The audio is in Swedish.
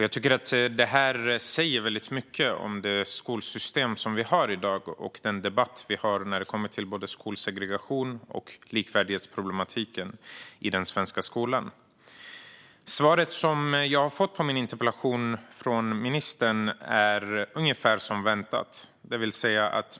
Jag tycker att det säger väldigt mycket om det skolsystem vi har i dag och den debatt vi har när det kommer till både skolsegregationen och likvärdighetsproblematiken i den svenska skolan. Det svar jag fått av ministern på min interpellation är ungefär som väntat.